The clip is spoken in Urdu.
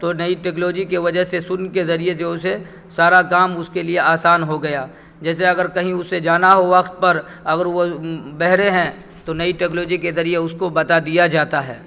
تو نئی ٹیکلوجی کی وجہ سے سن کے ذریعے جو اسے سارا کام اس کے لیے آسان ہو گیا جیسے اگر کہیں اسے جانا ہو وقت پر اگر وہ بہرے ہیں تو نئی ٹیکلوجی کے ذریعے اس کو بتا دیا جاتا ہے